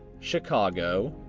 chicago,